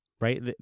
right